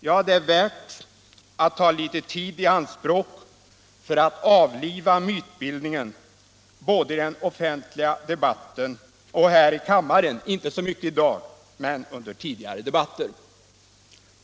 Ja, det är värt att ta litet tid i anspråk för att avliva mytbildningen både i den offentliga debatten och här i kammaren, inte så mycket i dag men under tidigare debatter.